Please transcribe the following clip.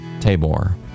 Tabor